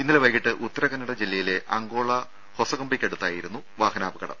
ഇന്നലെ വൈകീട്ട് ഉത്തര കന്നഡ ജില്ലയിലെ അങ്കോള ഹൊസകംബിയ്ക്കടുത്തായിരുന്നു വാഹനാപകടം